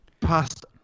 past